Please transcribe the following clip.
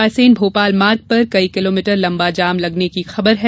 रायसेन भोपाल मार्ग पर कई किलोमीटर लम्बा जाम लगने की खबर है